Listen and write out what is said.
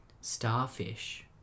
starfish